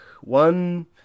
one